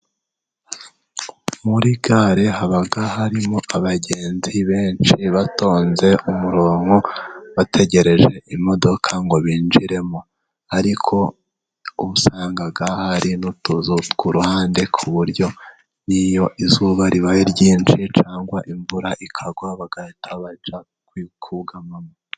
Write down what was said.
Muri gare haba, harimo abagenzi benshi, batonze umurongo bategereje imodoka ngo binjiremo, ariko usanga hari n'utuzu ku ruhande, ku buryo n'iyo izuba ribaye ryinshi, cyangwa imvura ikagwa bahita bajya kugamamo.